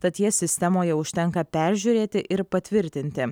tad jas sistemoje užtenka peržiūrėti ir patvirtinti